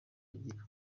bagira